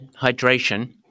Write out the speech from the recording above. hydration